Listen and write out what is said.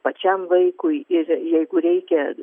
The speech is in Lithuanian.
pačiam vaikui ir jeigu reikia